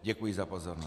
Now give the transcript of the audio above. Děkuji za pozornost.